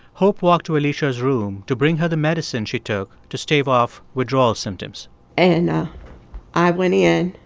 hope walked to alicia's room to bring her the medicine she took to stave off withdrawal symptoms and i went in,